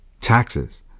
taxes